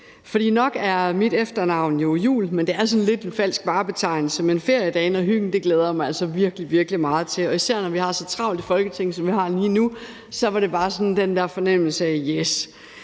For nok er mit efternavn jo Juul men det er sådan lidt en falsk varebetegnelse. Feriedagene og hyggen glæder jeg mig altså virkelig, virkelig meget til, og især når vi har så travlt i Folketinget, som vi har lige nu, så fik jeg bare den der gode